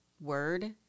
word